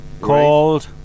called